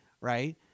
right